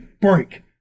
Break